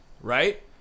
right